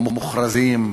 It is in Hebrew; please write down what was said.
המוכרזים,